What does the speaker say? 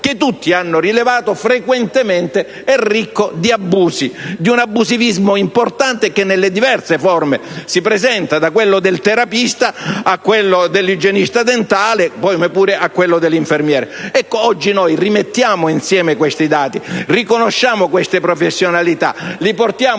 che tutti hanno rilevato frequentemente essere ricco di un abusivismo importante, che si presenta in diverse forme, da quello del terapista a quello dell'igienista dentale, a quello dell'infermiere. Oggi rimettiamo insieme questi dati, riconosciamo queste professionalità, le portiamo